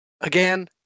Again